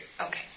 okay